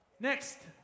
Next